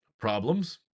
problems